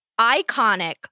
iconic